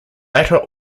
latter